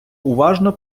уважно